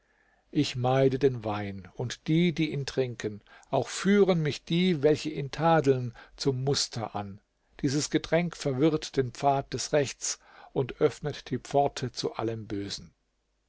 ich meide den wein und die die ihn trinken auch führen mich die welche ihn tadeln zum muster an dieses getränk verwirrt den pfad des rechts und öffnet die pforte zu allem bösen